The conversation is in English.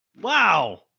Wow